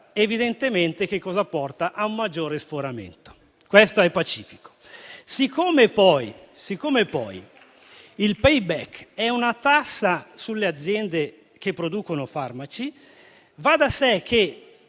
Evidentemente ad un maggiore sforamento: questo è pacifico. Siccome il *payback* è una tassa sulle aziende che producono farmaci, va da sé che